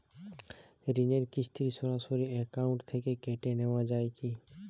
ঋণের কিস্তি সরাসরি অ্যাকাউন্ট থেকে কেটে নেওয়া হয় কি?